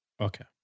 okay